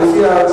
גם לדיון במליאה.